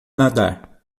nadar